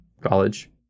college